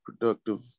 productive